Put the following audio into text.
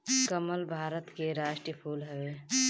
कमल भारत के राष्ट्रीय फूल हवे